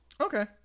Okay